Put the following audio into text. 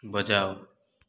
बचाओ